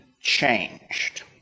changed